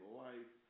life